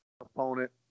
opponent